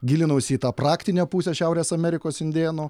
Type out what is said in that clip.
gilinausi į tą praktinę pusę šiaurės amerikos indėnų